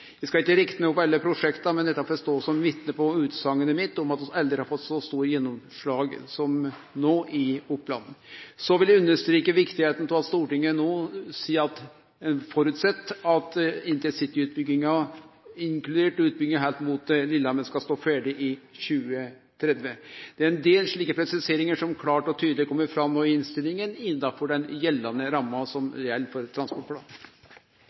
Eg skal ikkje rekne opp alle prosjekta, men dette får stå som vitne på utsegna mi om at vi aldri har fått så stort gjennomslag som no i Oppland. Så vil eg understreke kor viktig det er at Stortinget no føreset at intercityutbygginga, inkludert utbygging heilt mot Lillehammer, skal stå ferdig i 2030. Det er ein del slike presiseringar som klart og tydeleg kjem fram av innstillinga innanfor den gjeldande ramma for